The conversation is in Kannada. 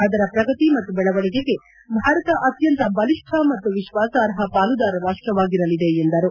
ಅದರ ಪ್ರಗತಿ ಮತ್ತು ಬೆಳವಣಿಗೆಗೆ ಭಾರತ ಅತ್ಯಂತ ಬಲಿಷ್ಠ ಮತ್ತು ವಿಶ್ಲಾಸಾರ್ಹ ಪಾಲುದಾರ ರಾಷ್ಠ ವಾಗಿರಲಿದೆ ಎಂದರು